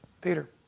Peter